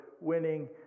winning